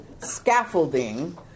scaffolding